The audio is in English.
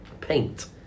paint